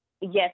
yes